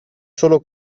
solo